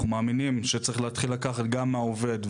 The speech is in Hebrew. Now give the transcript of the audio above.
אנחנו מאמינים שצריך להתחיל לקחת גם מהעובד,